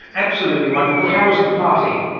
absolutely wonderful. how was the party?